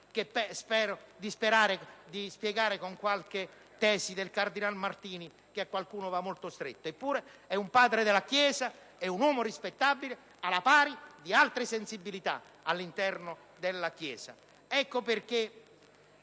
la dignità umana con qualche tesi del cardinal Martini, che a qualcuno va molto stretto, ma che pure è un Padre della Chiesa ed è un uomo rispettabile al pari di altre sensibilità all'interno della stessa. Ecco perché